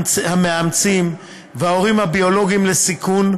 המאמצים וההורים הביולוגיים לסיכון,